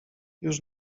już